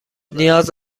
نیاز